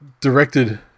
directed